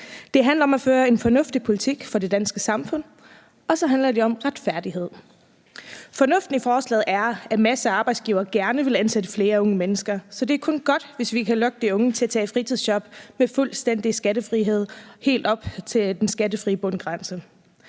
Det handler om at føre en fornuftig politik for det danske samfund, og så handler det om retfærdighed. Fornuften i forslaget er, at masser af arbejdsgivere gerne vil ansætte flere unge mennesker, så det er kun godt, hvis vi kan lokke de unge til at tage et fritidsjob med fuldstændig skattefrihed helt op til den skattefri bundgrænse.